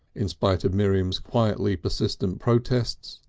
in spite of miriam's quietly persistent protests,